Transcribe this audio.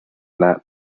not